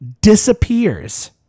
disappears